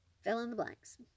Fill-in-the-blanks